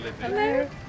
Hello